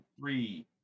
three